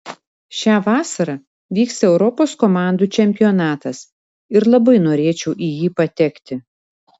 šią vasarą vyks europos komandų čempionatas ir labai norėčiau į jį patekti